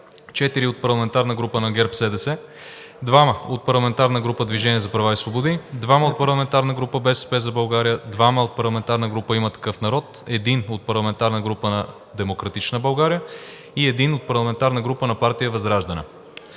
4 от парламентарната група на ГЕРБ-СДС, 2 от парламентарната група на „Движение за права и свободи“, 2 от парламентарната група на „БСП за България“, 2 от парламентарната група на „Има такъв народ“, 1 от парламентарната група на „Демократична България“, 1 от парламентарната група на партия ВЪЗРАЖДАНЕ.